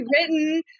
written